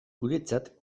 guretzat